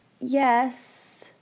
Yes